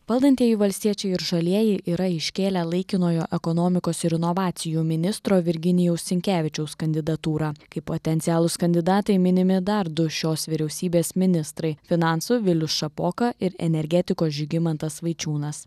valdantieji valstiečiai ir žalieji yra iškėlę laikinojo ekonomikos ir inovacijų ministro virginijaus sinkevičiaus kandidatūrą kaip potencialūs kandidatai minimi dar du šios vyriausybės ministrai finansų vilius šapoka ir energetikos žygimantas vaičiūnas